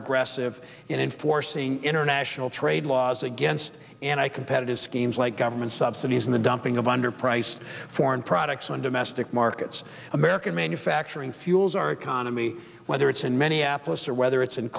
aggressive in enforcing international trade laws against anti competitive schemes like government subsidies and the dumping of underpriced foreign products on domestic markets american manufacturing fuels our economy whether it's in many applets or whether it's in